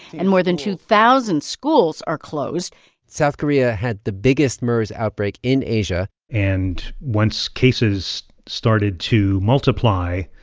and more than two thousand schools are closed south korea had the biggest mers outbreak in asia and once cases started to multiply,